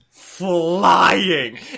flying